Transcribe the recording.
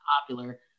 popular